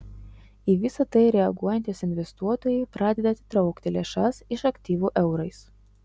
į visa tai reaguojantys investuotojai pradeda atitraukti lėšas iš aktyvų eurais